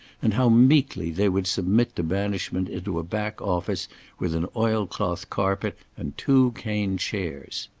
and how meekly they would submit to banishment into a back-office with an oil-cloth carpet and two cane chairs.